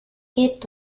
geht